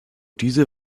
diese